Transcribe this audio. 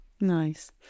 Nice